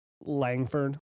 Langford